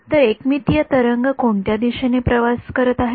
तर एकमितीय तरंग कोणत्या दिशेने प्रवास करत आहे